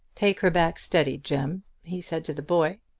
take her back steady, jem, he said to the boy.